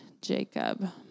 Jacob